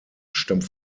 stammt